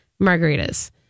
margaritas